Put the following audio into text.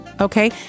okay